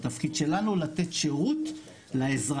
התפקיד שלנו הוא לתת שירות לאזרחים.